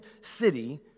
city